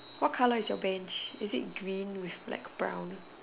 what colour is your bench is it green with like brown